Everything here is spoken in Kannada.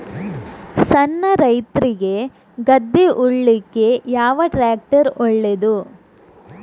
ಸಣ್ಣ ರೈತ್ರಿಗೆ ಗದ್ದೆ ಉಳ್ಳಿಕೆ ಯಾವ ಟ್ರ್ಯಾಕ್ಟರ್ ಒಳ್ಳೆದು?